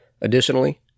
Additionally